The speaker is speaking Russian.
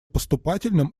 поступательном